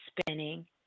spinning